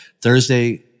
Thursday